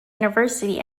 university